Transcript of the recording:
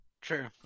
True